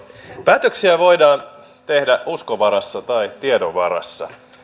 päätöksiä voidaan tehdä uskon varassa tai tiedon varassa